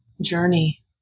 journey